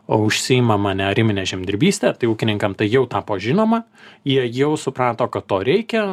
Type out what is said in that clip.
o užsiimama nearimime žemdirbyste tai ūkininkam tai jau tapo žinoma jie jau suprato kad to reikia